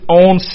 own